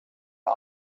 are